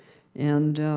and,